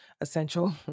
essential